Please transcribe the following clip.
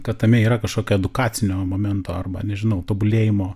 kad tame yra kažkokia edukacinio momento arba nežinau tobulėjimo